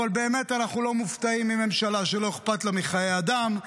אבל באמת אנחנו לא מופתעים מממשלה שלא אכפת לה מחיי אדם,